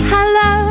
Hello